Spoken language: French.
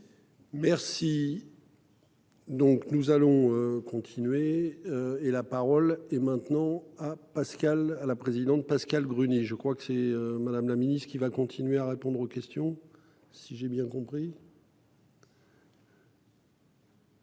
Merci. Donc nous allons continuer. Et la parole est maintenant à Pascal à la présidente. Pascale Gruny, je crois que c'est Madame la Ministre qui va continuer à répondre aux questions. Si j'ai bien compris.